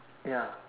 ya